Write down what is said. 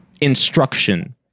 instruction